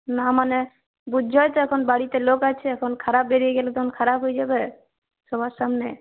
না মানে বুঝছই তো এখন বাড়িতে লোক আছে এখন খারাপ বেরিয়ে গেলে তখন খারাপ হয়ে যাবে সবার সামনে